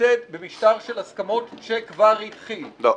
נמצאת במשטר של הסכמות שכבר התחיל -- לא.